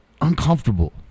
Uncomfortable